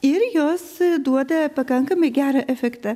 ir jos duoda pakankamai gerą efektą